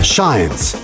Science